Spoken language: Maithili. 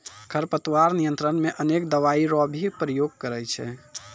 खरपतवार नियंत्रण मे अनेक दवाई रो भी प्रयोग करे छै